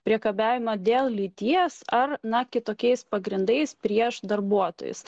priekabiavimą dėl lyties ar na kitokiais pagrindais prieš darbuotojus